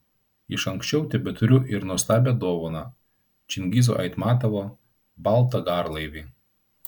iš anksčiau tebeturiu ir nuostabią dovaną čingizo aitmatovo baltą garlaivį